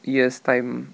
years time